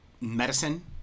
medicine